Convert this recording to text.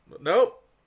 Nope